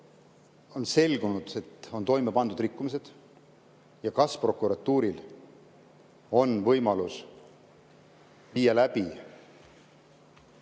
on selgunud, et on toime pandud rikkumised ja kas prokuratuuril on võimalus viia läbi